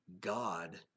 God